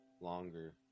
Longer